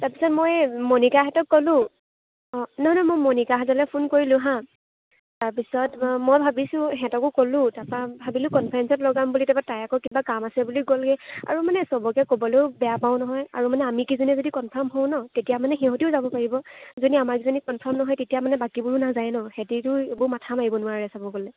তাৰপিছত মই মনিকাহেঁতক ক'লোঁ অঁ নহয় নহয় মই মনিকাহেঁতলৈ ফোন কৰিলোঁ হা তাৰপিছত মই ভাবিছোঁ সিহঁতকো ক'লোঁ তাৰপৰা ভাবিলোঁ কনফাৰেঞ্চত লগাম বুলি তাৰপৰা তাই আকৌ কিবা কাম আছে বুলি গ'লগৈ আৰু মানে চবকে ক'বলৈয়ো বেয়া পাওঁ নহয় আৰু মানে আমি কেইজনীয়ে যদি কনফাৰ্ম হওঁ ন তেতিয়া মানে সিহঁতিও যাব পাৰিব যদি আমাৰ কেইজনী কনফাৰ্ম নহয় তেতিয়া মানে বাকীবোৰো নাযায় ন সেহেঁতিতো এইবোৰ মাথা মাৰিব নোৱাৰে চাব গ'লে